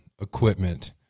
equipment